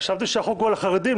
חשבתי שהחוק פה על החרדים,